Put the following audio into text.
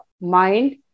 mind